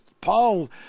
Paul